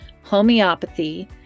homeopathy